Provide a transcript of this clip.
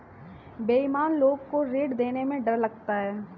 बेईमान लोग को ऋण देने में डर लगता है